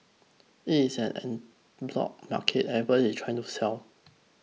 it is an en bloc market everybody is trying to sell